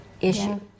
issue